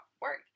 work